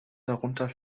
darunter